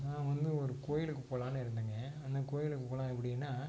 நான் வந்து ஒரு கோவிலுக்குப் போகலான்னு இருந்தேன்ங்க அந்த கோவிலுக்குப் போனால் எப்படின்னா